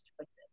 choices